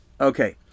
Okay